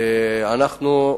אנחנו,